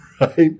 right